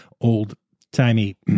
old-timey